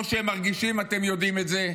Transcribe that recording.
כמו שהם מרגישים, אתם יודעים את זה,